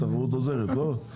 תחרות עוזרת לא?